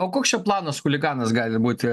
o koks čia planas chuliganas gali būti